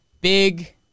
Big